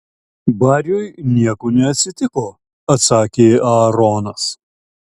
bariui nieko neatsitiko atsakė aaronas